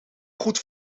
goed